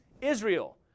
Israel